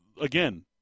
again